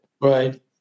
right